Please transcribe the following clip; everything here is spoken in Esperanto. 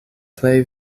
plej